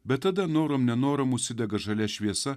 bet tada norom nenorom užsidega žalia šviesa